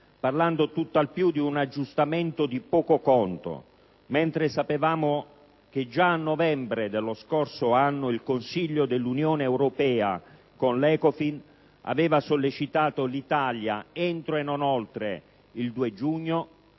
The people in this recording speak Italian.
parlando tutt'al più di un aggiustamento di poco conto, mentre sapevamo che già a novembre dello scorso anno il Consiglio dell'Unione europea con l'ECOFIN aveva sollecitato l'Italia a correggere